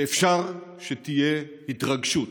שאפשר שתהיה התרגשות,